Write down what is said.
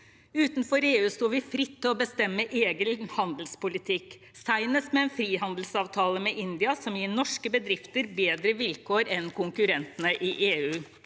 Utenfor EU står vi fritt til å bestemme egen handelspolitikk, senest med en frihandelsavtale med India som gir norske bedrifter bedre vilkår enn konkurrentene i EU.